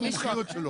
מומחיות.